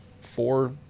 four